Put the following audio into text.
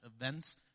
events